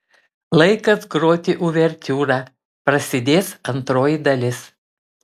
laikas groti uvertiūrą prasidės antroji dalis